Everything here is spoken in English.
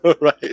Right